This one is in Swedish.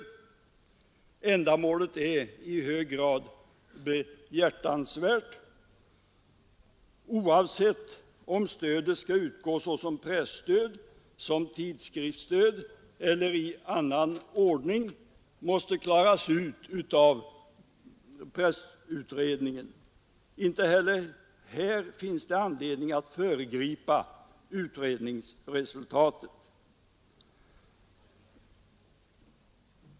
Ändamålet är i hög grad behjärtansvärt. Om stödet skall utgå som presstöd, tidskriftsstöd eller i annan ordning måste klaras ut av pressutredningen. Inte heller här finns det anledning att föregripa utredningsresultatet.